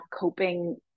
coping